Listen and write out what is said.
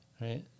right